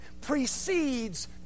precedes